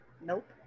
nope